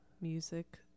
music